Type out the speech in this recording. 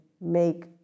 make